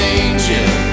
angel